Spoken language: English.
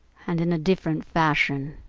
and in a different fashion.